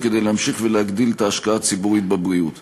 משרד הבריאות